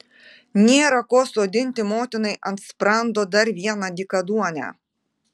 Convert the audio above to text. nėra ko sodinti motinai ant sprando dar vieną dykaduonę